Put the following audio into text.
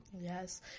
yes